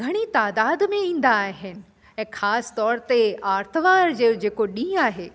घणी तइदाद में ईंदा आहिनि ऐं ख़ासि तौर ते आर्तवार जो जेको ॾींहुं आहे